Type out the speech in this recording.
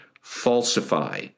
falsify